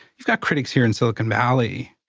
you've got critics here in silicon valley,